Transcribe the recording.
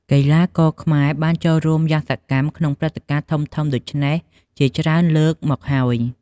កីឡាករខ្មែរបានចូលរួមយ៉ាងសកម្មក្នុងព្រឹត្តិការណ៍ធំៗដូច្នេះជាច្រើនលើកមកហើយ។